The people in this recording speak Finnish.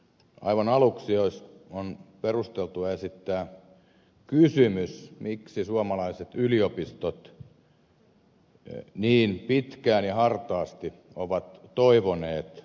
aivan aluksi on perusteltua esittää kysymys miksi suomalaiset yliopistot niin pitkään ja hartaasti ovat toivoneet yliopistoreformia